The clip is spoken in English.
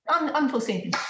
unforeseen